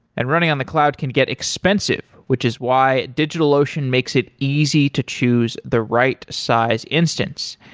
and running on the cloud can get expensive, which is why digitalocean makes it easy to choose the right size instance.